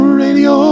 radio